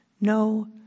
no